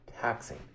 taxing